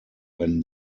when